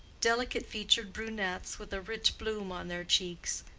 delicate-featured brunettes with a rich bloom on their cheeks,